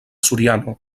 soriano